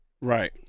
Right